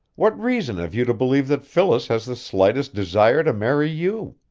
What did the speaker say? what reason have you to believe that phyllis has the slightest desire to marry you?